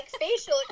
facial